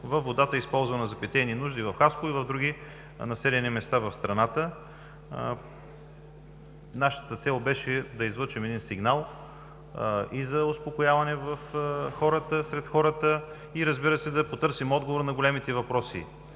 водата, използвана за питейни нужди в Хасково и други населени места в страната. Нашата цел беше да излъчим един сигнал и за успокояване сред хората и, разбира се, да потърсим отговор на големите въпроси: